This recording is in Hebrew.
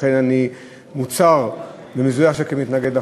לכן אני מוצהר בניסוח של מתנגד לחוק.